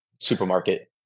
supermarket